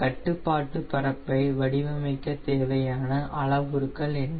கட்டுப்பாட்டு பரப்பை வடிவமைக்க தேவையான அளவுருக்கள் என்ன